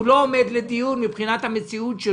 זה לא עומד לדיון מבחינת המציאות,